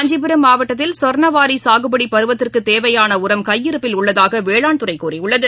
காஞ்சிபுரம் மாவட்டத்தில் சொர்ணவாரிசாகுபடிபருவத்திற்குதேவையானஉரம் கையிருப்பில் உள்ளதாகவேளாண் துறைகூறியுள்ளது